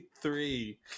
three